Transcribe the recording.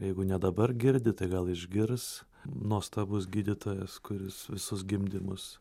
jeigu ne dabar girdi tai gal išgirs nuostabus gydytojas kuris visus gimdymus